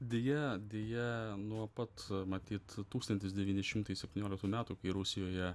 deja deja nuo pat matyt tūkstantis devyni šimtai septynioliktų metų kai rusijoje